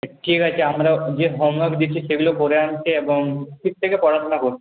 ঠিক আছে আমরা যে সম্ভব দেখি সেগুলো পড়ে আসছে এবং ঠিকঠাকই পড়াশোনা করছে